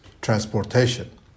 transportation